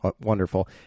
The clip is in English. Wonderful